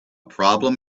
problem